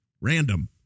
Random